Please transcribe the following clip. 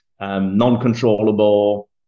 non-controllable